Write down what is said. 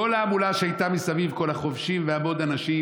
כל ההמולה שהייתה מסביב, כל החובשים והמון אנשים,